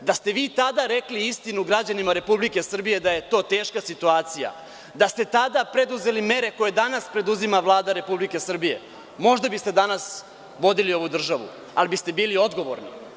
Da ste vi tada rekli istinu građanima Republike Srbije da je to teška situacija, da ste tada preduzeli mere koje danas preduzima Vlada Republike Srbije, možda biste danas vodili ovu državu, ali biste bili odgovorni.